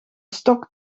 stok